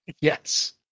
Yes